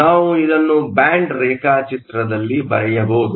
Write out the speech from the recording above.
ನಾವು ಇದನ್ನು ಬ್ಯಾಂಡ್ ರೇಖಾಚಿತ್ರದಲ್ಲಿ ಬರೆಯಬಹುದು